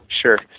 Sure